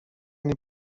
nie